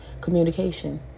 Communication